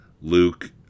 Luke